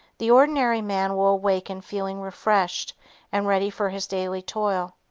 the ordinary man will awaken feeling refreshed and ready for his daily toil.